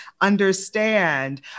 understand